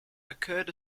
occurred